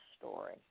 story